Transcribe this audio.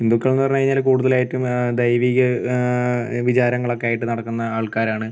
ഹിന്ദുക്കളെന്ന് പറഞ്ഞുകഴിഞ്ഞാൽ കൂടുതലായിട്ടും ദൈവിക വിചാരങ്ങളക്കെ ആയിട്ട് നടക്കുന്ന ആൾക്കാരാണ്